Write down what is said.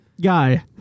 guy